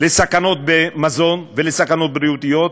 לסכנות במזון ולסכנות בריאותיות.